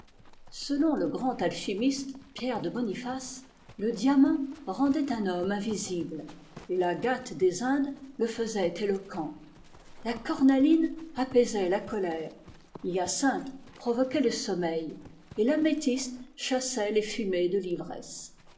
selon le grand alchimiste pierre de boniface le diamant rendait un homme invisible et l'agate des indes le faisait éloquent la cornaline apaisait la colère l'hyacinthe provoquait le sommeil et l'améthyste chassait les fumées de l'ivresse